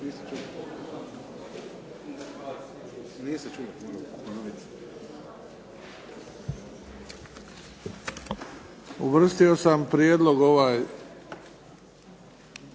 Uvrstio sam prijedlog 52,